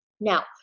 Now